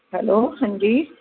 hello ਹਾਂਜੀ